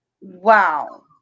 Wow